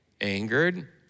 Angered